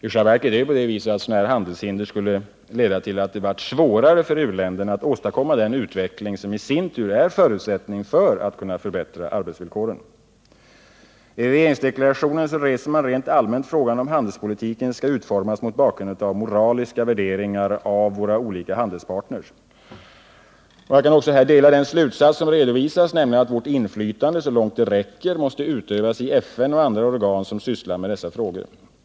I själva verket kan handelshinder göra det svårare att åstadkomma den utveckling som i sin tur är en förutsättning för att kunna förbättra arbetsvillkoren. I regeringsdeklarationen reses rent allmänt frågan, om handelspolitiken skall utformas mot bakgrund av moraliska värderingar av våra olika handelspartners. Jag delar den slutsats som redovisas, nämligen att vårt inflytande, så långt det räcker, måste utövas i FN och andra organ som sysslar med dessa frågor.